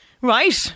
Right